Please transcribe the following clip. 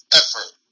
effort